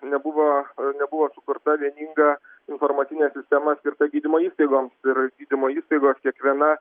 nebuvo nebuvo sukurta vieninga informacinė sistema skirta gydymo įstaigoms ir gydymo įstaigos kiekviena